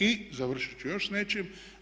I završit ću s još nečim.